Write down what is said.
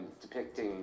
depicting